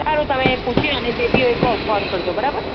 સારું તમે પૂછી અને જે બી હોય એ કો ફોન કરજો બરાબર